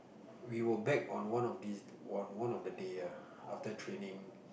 we will bag on one of these on one of the day ah after training